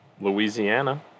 Louisiana